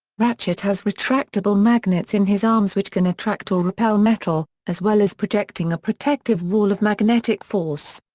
ratchet has retractable magnets in his arms which can attract or repel metal, as well as projecting a protective wall of magnetic force.